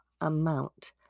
amount